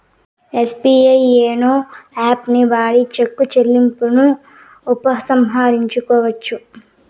SBI YONO యాపుని వాడి cheque చెల్లింపును ఉపసంహరించుకోవచ్చు